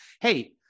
hey